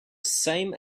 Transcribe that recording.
same